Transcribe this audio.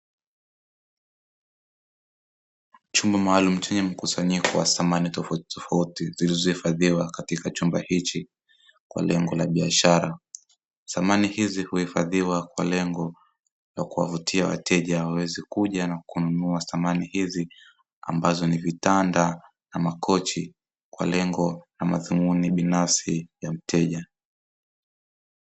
chumba maalumu chenye mkusanyiko wa samani tofautitofauti zilizoifadhiwa katika chumba hichi kwa lengo la biashara, samani hizi huifadhiwa kwa lengo la kuwavutia wateja waweze kuja na kununua, samani hizi ambazo ni vitanda na makochi kwa lengo na madhumuni binafsi ya mteja.